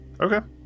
Okay